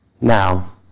now